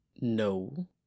No